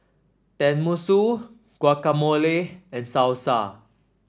Tenmusu Guacamole and Salsa